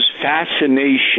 fascination